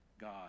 God